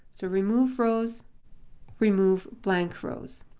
so remove rows remove blank rows.